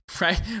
right